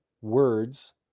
words